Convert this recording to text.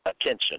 attention